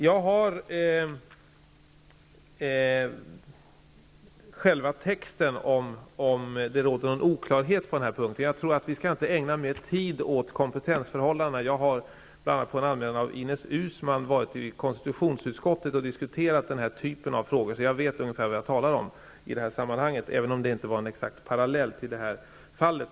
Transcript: Jag har själva texten, om det råder någon oklarhet på denna punkt. Jag tror att vi inte skall ägna mer tid åt kompetensförhållandena. Jag har bl.a. på grund av en anmälan från Ines Uusmann varit i konstitutionsutskottet och diskuterat denna typ av frågor. Jag vet därför ungefär vad jag talar om i detta sammanhang, även om detta inte var en direkt parallell till detta fall.